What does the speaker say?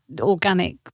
organic